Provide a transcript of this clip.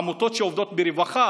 עמותות שעובדות ברווחה,